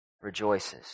rejoices